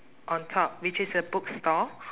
on top which is a bookstore